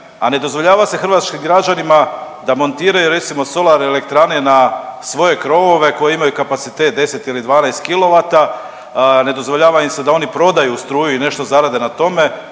a ne dozvoljava se hrvatskim građanima da montiraju, recimo, solare elektrane na svoje krovove koje imaju kapacitet 10 ili 12 kilovata, ne dozvoljava im se da oni prodaju struju i nešto zarade na tome,